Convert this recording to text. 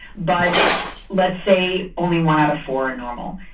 but let's say only one out of four are normal.